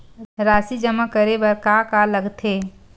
राशि जमा करे बर का का लगथे?